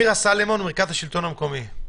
מירה סלומון, מרכז השלטון המקומי.